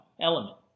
element